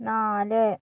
നാല്